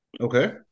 Okay